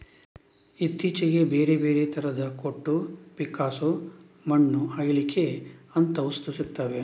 ಇತ್ತೀಚೆಗೆ ಬೇರೆ ಬೇರೆ ತರದ ಕೊಟ್ಟು, ಪಿಕ್ಕಾಸು, ಮಣ್ಣು ಅಗೀಲಿಕ್ಕೆ ಅಂತ ವಸ್ತು ಸಿಗ್ತದೆ